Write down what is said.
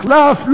מחלף,